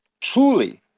truly